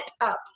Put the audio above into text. up